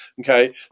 Okay